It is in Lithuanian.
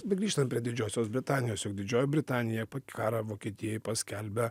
begrįžtant prie didžiosios britanijos jau didžioji britanija karą vokietijai paskelbia